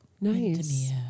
Nice